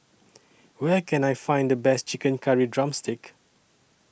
Where Can I Find The Best Chicken Curry Drumstick